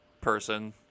person